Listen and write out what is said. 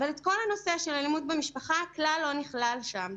אבל כל הנושא של אלימות במשפחה לא נכלל שם.